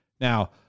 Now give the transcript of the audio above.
now